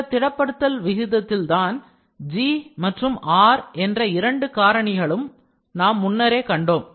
இந்தத் திடப்படுத்தல் விகிதத்தில்தான் G மற்றும் R என்ற இரண்டு காரணிகளையும் முன்னரே நாம் கண்டோம்